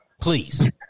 Please